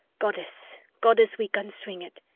goddess, goddess, we can swing it!